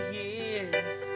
years